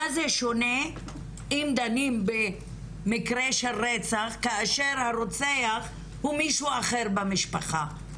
מה זה שונה אם דנים במקרה של רצח כאשר הרוצח הוא מישהו אחר במשפחה?